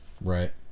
right